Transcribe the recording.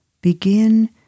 begin